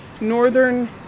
Northern